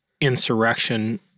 insurrection